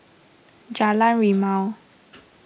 Jalan Rimau